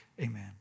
Amen